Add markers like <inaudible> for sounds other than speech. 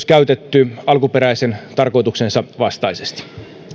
<unintelligible> käytetty alkuperäisen tarkoituksensa vastaisesti